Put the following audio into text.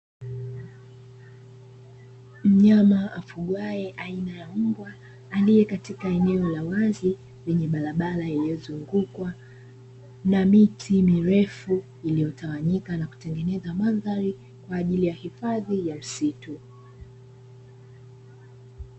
Mnyama afugwaye aina ya mbwa aliye katika eneo la wazi lenye barabara iliyozungukwa na miti mirefu iliyotawanyika na kutengeneza mandhari kwa ajili ya hifadhi ya msitu.